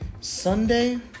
Sunday